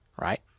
right